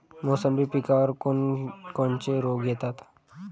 मोसंबी पिकावर कोन कोनचे रोग येतात?